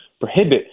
prohibit